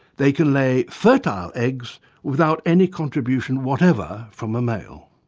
they can lay fertile eggs without any contribution whatever from a male.